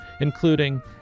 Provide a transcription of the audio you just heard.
including